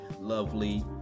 lovely